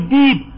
deep